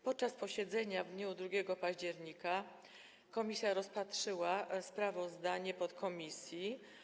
Podczas posiedzenia w dniu 2 października komisja rozpatrzyła sprawozdanie podkomisji.